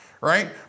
right